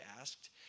asked